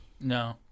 No